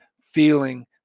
feeling